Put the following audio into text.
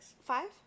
Five